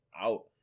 out